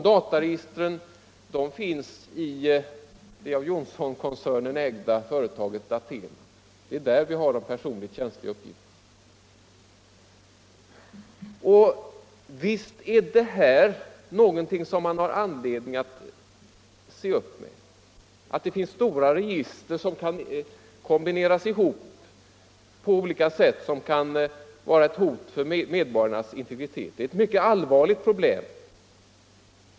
De registren finns i det av Johnsonkoncernen ägda företaget DATEMA. Det är där man har de personligt känsliga uppgifterna. Visst är detta något som vi har anledning att se upp med, alltså att det finns stora register som kan kombineras på olika sätt och därigenom utgöra ett hot mot medborgarnas integritet. Det är ett mycket allvarligt problem.